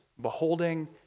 beholding